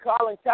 Colin